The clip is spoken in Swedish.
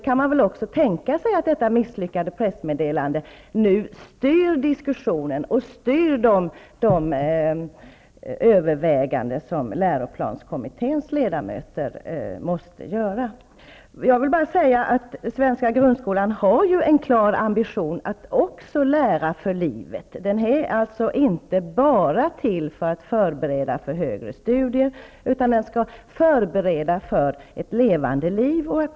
Man kan tänka sig att detta misslyckade pressmeddelande nu ändå styr diskussionen och de överväganden som läroplanskommitténs ledamöter måste göra. Den svenska grundskolan har en klar ambition att lära för livet. Den är inte bara till för att förbereda för högre studier, utan den skall förbereda för det verkliga livet.